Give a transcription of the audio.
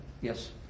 Yes